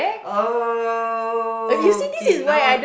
oh okay now